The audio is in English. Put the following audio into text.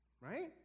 Right